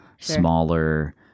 smaller